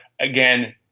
again